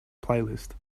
playlist